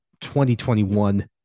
2021